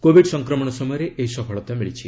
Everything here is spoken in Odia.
କୋବିଡ ସଂକ୍ରମଣ ସମୟରେ ଏହି ସଫଳତା ମିଳିଛି